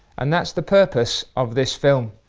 and that's the purpose of this film.